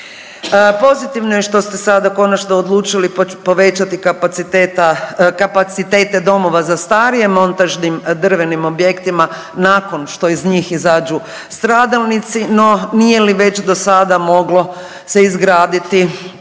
Pozitivno je što ste sada konačno odlučili povećati kapacitete domova za starije montažnim drvenim objektima nakon što iz njih izađu stradalnicu. No, nije li već do sada moglo se izgraditi